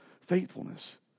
faithfulness